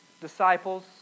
disciples